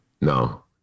No